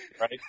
Right